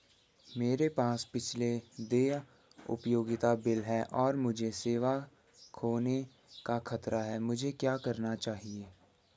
मेरे पास पिछले देय उपयोगिता बिल हैं और मुझे सेवा खोने का खतरा है मुझे क्या करना चाहिए?